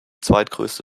zweitgrößte